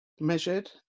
measured